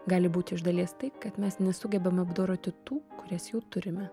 gali būti iš dalies tai kad mes nesugebam apdoroti tų kurias jau turime